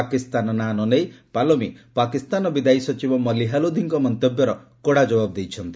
ପାକିସ୍ତାନ ନାଁ ନ ନେଇ ପାଲୋମୀ ପାକିସ୍ତାନର ବିଦାୟୀ ସଚିବ ମଲିହା ଲୋଧିଙ୍କ ମନ୍ତବ୍ୟର କଡ଼ା ଜବାବ ଦେଇଛନ୍ତି